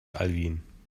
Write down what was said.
alwin